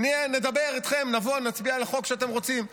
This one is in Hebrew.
נדבר איתכם, נבוא, נצביע על החוק שאתם רוצים.